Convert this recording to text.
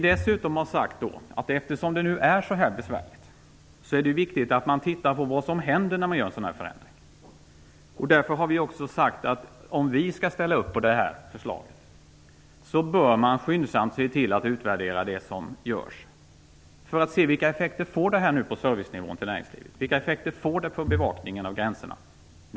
Dessutom har vi sagt att eftersom det är så besvärligt är det viktigt att man funderar över vad som händer när man genomför en sådan här förändring. Därför har vi också sagt att om vi skall ställa upp på det här förslaget bör man skyndsamt se till att utvärdera det som görs. Man måste se över vilka effekter det här får på servicen till näringslivet och bevakningen av gränserna.